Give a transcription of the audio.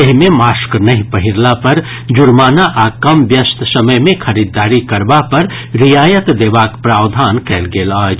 एहि मे मास्क नहि पहिरला पर जुर्माना आ कम व्यस्त समय मे खरीदारी करबा पर रियायत देबाक प्रावधान कयल गेल अछि